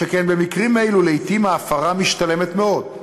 שכן במקרים אלו לעתים ההפרה משתלמת מאוד,